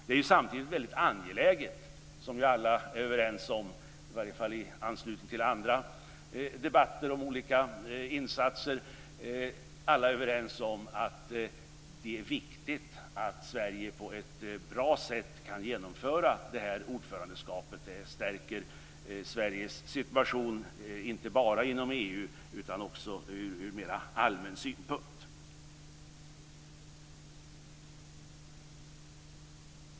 Det är samtidigt väldigt angeläget - som ju alla är överens om i varje fall i anslutning till andra debatter om olika insatser - att Sverige på ett bra sätt kan genomföra ordförandeskapet. Det stärker Sveriges situation inte bara inom EU, utan också ur mer allmän synpunkt.